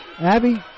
Abby